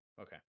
okay